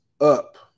up